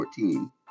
14